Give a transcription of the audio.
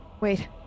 Wait